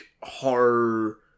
horror